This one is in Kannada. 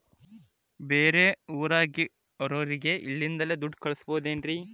ಬೇರೆ ಊರಾಗಿರೋರಿಗೆ ಇಲ್ಲಿಂದಲೇ ದುಡ್ಡು ಕಳಿಸ್ಬೋದೇನ್ರಿ?